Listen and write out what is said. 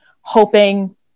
hoping